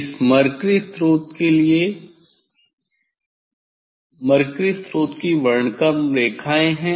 इस मरकरी स्रोत के लिए मरकरी स्रोत की वर्णक्रमीय रेखाएं है